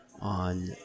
on